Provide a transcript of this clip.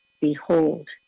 Behold